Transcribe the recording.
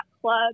club